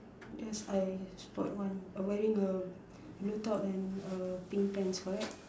yes I spot one uh wearing a blue top and a pink pants correct